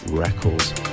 Records